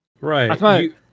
right